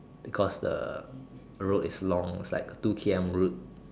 because the road is long is like a two K_M route